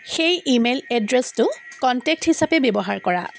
সেই ইমেইল এড্ৰেছটো কণ্টেক্ট হিচাপে ব্যৱহাৰ কৰা